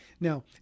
Now